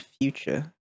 future